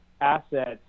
assets